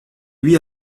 huit